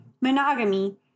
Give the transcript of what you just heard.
Monogamy